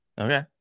Okay